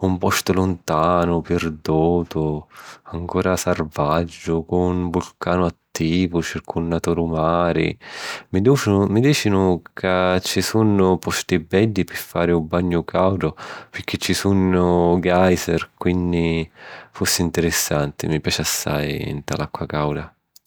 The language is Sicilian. Un postu luntanu, pirdutu, ancora sarvàggiu cu un vulcanu attivu circunnatu dû mari. Mi dìcinu ca ci sunnu posti beddi pi fari un bagnu càudu pirchì ci sunnu geyser quinni fussi ntirissanti. Mi piaci assài èssiri nta l'acqua càuda.